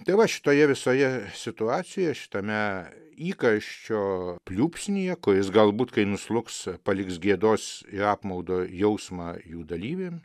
tai vat šitoje visoje situacijoje šitame įkarščio pliūpsnyje kuris galbūt kai nuslūgs paliks gėdos ir apmaudo jausmą jų dalyviam